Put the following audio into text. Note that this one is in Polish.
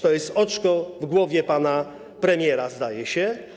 To jest oczko w głowie pana premiera, zdaje się.